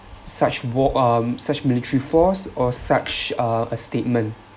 such war um such military force or such uh a statement